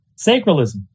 Sacralism